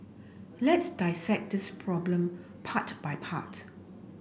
let's dissect this problem part by part